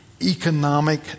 economic